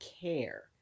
care